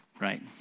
right